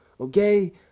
okay